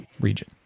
region